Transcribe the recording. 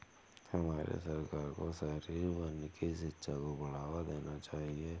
हमारे सरकार को शहरी वानिकी शिक्षा को बढ़ावा देना चाहिए